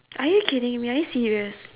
are you kidding me are you serious